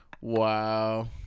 Wow